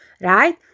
right